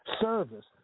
service